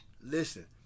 listen